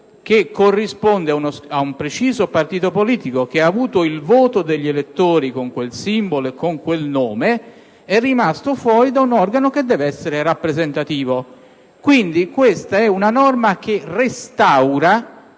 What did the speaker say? che corrisponde ad un preciso partito politico che ha ottenuto il voto degli elettori con quel simbolo e con quel nome) è rimasto fuori da un organo che deve essere rappresentativo. Questa è una norma che restaura